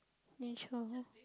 neutral